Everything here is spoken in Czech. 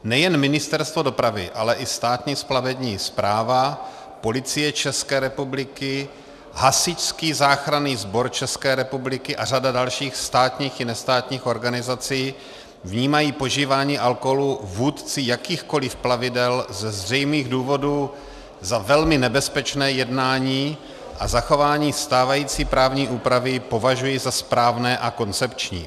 Nejen Ministerstvo dopravy, ale i Státní plavební správa, Policie České republiky, Hasičský záchranný sbor České republiky a řada dalších státních i nestátních organizací vnímají požívání alkoholu vůdci jakýchkoli plavidel ze zřejmých důvodů za velmi nebezpečné jednání a zachování stávající právní úpravy považují za správné a koncepční.